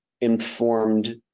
informed